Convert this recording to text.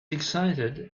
excited